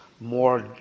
more